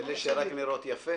אלה שרק נראות יפה?